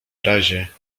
razie